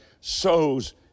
sows